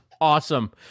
Awesome